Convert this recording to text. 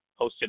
hosted